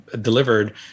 delivered